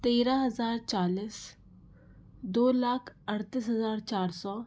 तेरह हजार चालीस दो लाख अड़तीस हजार चार सौ